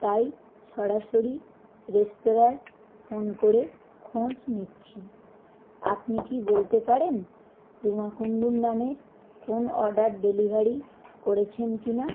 তাই সরাসরি রেস্তোরাঁয় ফোন করে খোঁজ নিচ্ছি আপনি কি বলতে পারেন রুমা কুণ্ডুর নামে কোন অর্ডার ডেলিভারি করেছেন কি না